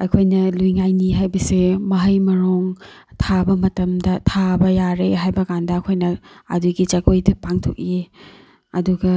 ꯑꯩꯈꯣꯏꯅ ꯂꯨꯏ ꯉꯥꯏꯅꯤ ꯍꯥꯏꯕꯁꯦ ꯃꯍꯩ ꯃꯔꯣꯡ ꯊꯥꯕ ꯃꯇꯝꯗ ꯊꯥꯕ ꯌꯥꯔꯦ ꯍꯥꯏꯕ ꯀꯥꯟꯗ ꯑꯩꯈꯣꯏꯅ ꯑꯗꯨꯒꯤ ꯖꯒꯣꯏꯗꯣ ꯄꯥꯡꯊꯣꯛꯏ ꯑꯗꯨꯒ